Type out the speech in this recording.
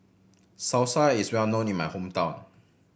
salsa is well known in my hometown